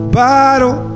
bottle